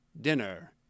dinner